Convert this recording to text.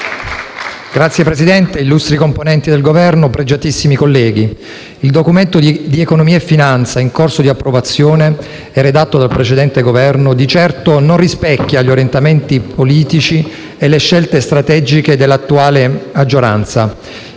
Signor Presidente, illustri componenti del Governo, pregiatissimi colleghi, il Documento di economia e finanza in corso di approvazione e redatto dal precedente Governo di certo non rispecchia gli orientamenti politici e le scelte strategiche dell'attuale maggioranza,